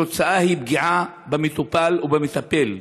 התוצאה היא פגיעה במטופל ובמטפל,